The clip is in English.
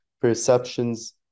perceptions